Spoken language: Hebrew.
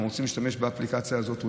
ואנחנו רוצים להשתמש באפליקציה הזאת,